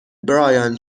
برایان